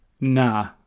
Nah